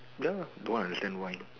ya don't understand why